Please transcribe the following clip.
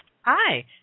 Hi